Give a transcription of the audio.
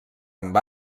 amb